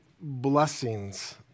blessings